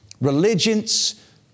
religions